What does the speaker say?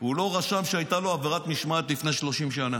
הוא לא רשם שהייתה לו עבירת משמעת לפני 30 שנה,